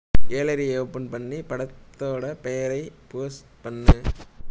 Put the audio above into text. கேலரியை open பண்ணி படத்தோட பேரை போஸ்ட் பண்ணு